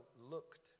looked